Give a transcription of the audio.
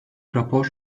rapor